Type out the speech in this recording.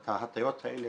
ההטיות האלה,